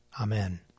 Amen